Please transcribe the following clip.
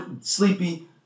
sleepy